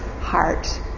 heart